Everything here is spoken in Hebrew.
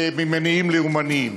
ממניעים לאומניים.